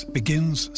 begins